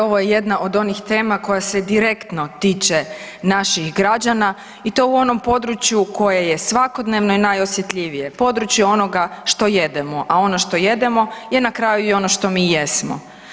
Ovo je jedna od onih tema kojih se direktno tiče naših građana i to u onom području koje je svakodnevno i najosjetljivije, područje onoga što jedemo, a ono što jedemo je na kraju i ono što mi jesmo.